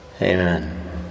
Amen